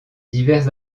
divers